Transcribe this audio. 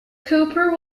cooper